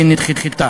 והיא נדחתה.